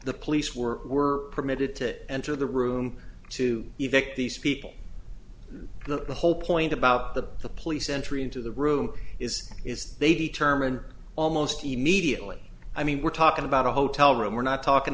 the police were were permitted to enter the room to effect these people and the whole point about the police entry into the room is is they determined almost immediately i mean we're talking about a hotel room we're not talking